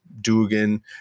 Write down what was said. Dugan